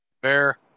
Bear